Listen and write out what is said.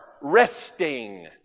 resting